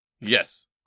Yes